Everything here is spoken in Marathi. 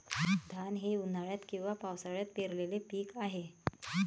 धान हे उन्हाळ्यात किंवा पावसाळ्यात पेरलेले पीक आहे